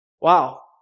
wow